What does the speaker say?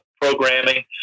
programming